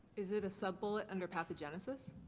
is it a sub-bullet under pathogenesis?